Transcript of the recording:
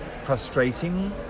frustrating